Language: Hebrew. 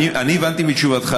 אני הבנתי מתשובתך,